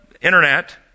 Internet